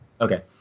okay